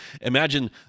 imagine